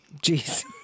Jeez